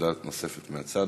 עמדה נוספת מהצד,